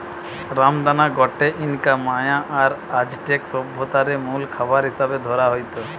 রামদানা গটে Inca, Maya আর অ্যাজটেক সভ্যতারে মুল খাবার হিসাবে ধরা হইত